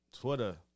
Twitter